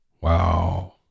Wow